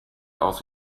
aus